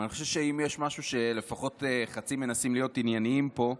אני חושב שאם יש משהו שלפחות חצי מנסים להיות ענייניים בו,